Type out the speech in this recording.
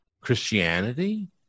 Christianity